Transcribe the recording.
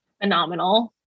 phenomenal